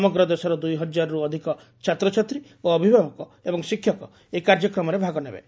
ସମଗ୍ର ଦେଶର ଦୁଇହଜାରରୁ ଅଧିକ ଛାତ୍ରଛାତ୍ରୀ ଓ ଅଭିଭାବକ ଏବଂ ଶିକ୍ଷକ ଏହି କାର୍ଯ୍ୟକ୍ରମରେ ଭାଗ ନେବେ